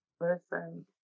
Listen